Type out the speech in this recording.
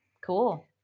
Cool